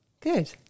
Good